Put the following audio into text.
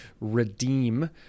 redeem